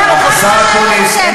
אני אומרת מה אני חושבת.